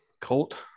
Colt